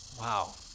Wow